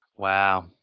Wow